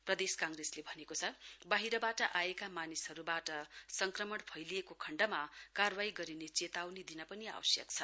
प्रदेश कांग्रेसले भनेको छ वाहिरबाट आएका मानिसबाट संक्रमण फैलिएको खण्डमा कार्वाही गरिने चेताउनी दिन पनि आवश्यक छ